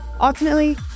Ultimately